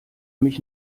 mich